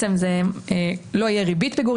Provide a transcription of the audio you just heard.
אז אולי תתני לי להגיד אותם בחצי משפט.